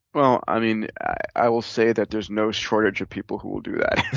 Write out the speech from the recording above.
well, i mean, i will say that there's no shortage of people who will do that.